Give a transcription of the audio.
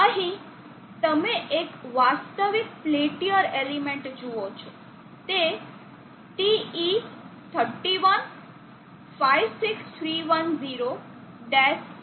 અહીં તમે એક વાસ્તવિક પેલ્ટીયર એલિમેન્ટ જુઓ છો તે TE31 56310 503 છે